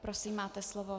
Prosím, máte slovo.